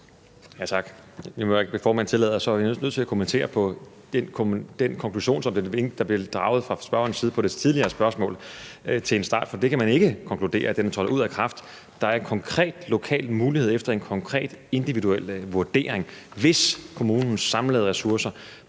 Tak. Hvis formanden tillader, er jeg nødt til at starte med at kommentere på den konklusion, som blev draget fra spørgerens side på det tidligere spørgsmål, for man kan ikke konkludere, at den er trådt ud af kraft. Der er en konkret lokal mulighed for det efter en konkret individuel vurdering, hvis kommunens samlede ressourcer,